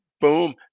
boom